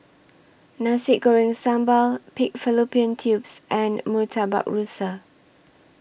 Nasi Goreng Sambal Pig Fallopian Tubes and Murtabak Rusa